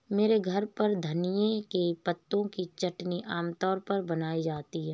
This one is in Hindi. मेरे घर पर धनिए के पत्तों की चटनी आम तौर पर बनाई जाती है